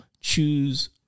Choose